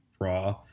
raw